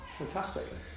Fantastic